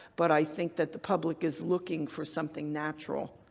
but i think that the public is looking for something natural.